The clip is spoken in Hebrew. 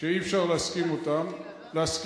שאי-אפשר להסכים להם.